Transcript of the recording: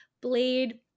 blade